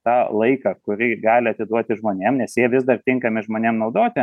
tą laiką kurį gali atiduoti žmonėm nes jie vis dar tinkami žmonėm naudoti